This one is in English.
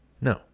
No